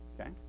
Okay